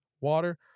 water—